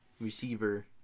receiver